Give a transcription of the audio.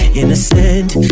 innocent